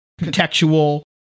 contextual